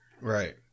Right